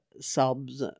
sub's